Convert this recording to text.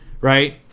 Right